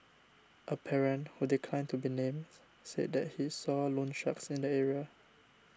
a parent who declined to be named said that he saw loansharks in the area